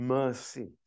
mercy